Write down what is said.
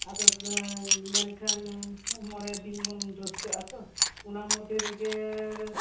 ᱟᱫᱚ ᱢᱮᱱᱠᱷᱟᱱ ᱮᱸ ᱢᱚᱬᱮ ᱫᱤᱱ ᱵᱚᱱ ᱨᱟᱰᱥᱠᱟᱹᱜ ᱟᱛᱚ ᱚᱱᱟ ᱢᱚᱫᱽᱫᱷᱮ ᱨᱮᱜᱮ